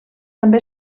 també